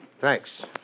Thanks